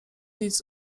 nic